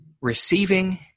receiving